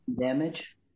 damage